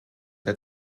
der